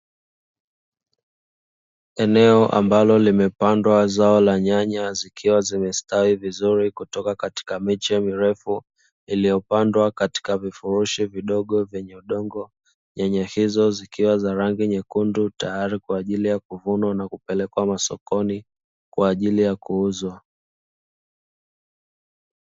Eneo ambalo limepandwa zao la nyanya, zikiwa zimestawi vizuri kutoka katika miche mirefu iliyopandwa katika vifurushi vidogo vyenye udongo. Nyanya hizo zikiwa za rangi nyekundu tayari kwa ajili ya kuvunwa na kupelekwa masokoni kwa ajili ya kuuzwa.